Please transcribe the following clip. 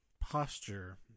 posture